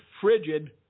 frigid